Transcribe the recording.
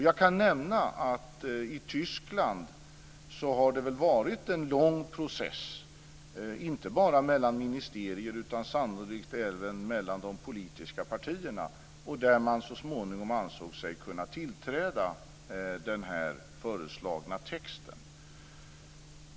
Jag kan nämna att i Tyskland har det varit en lång process, inte bara mellan ministerier utan sannolikt även mellan de politiska partierna där man så småningom om ansåg sig kunna tillträda den föreslagna texten.